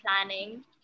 planning